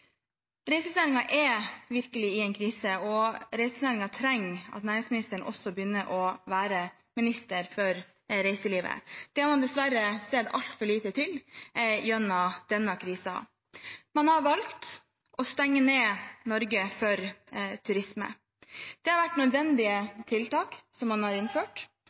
Reiselivsnæringen er virkelig i en krise, og reiselivsnæringen trenger at næringsministeren også begynner å være minister for reiselivet. Det har man dessverre sett altfor lite til i denne krisen. Man har valgt å stenge ned Norge for turisme. Det har vært nødvendige tiltak å innføre, men det har